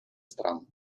стран